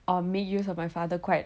or make use of my father quite